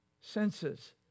senses